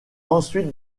ensuite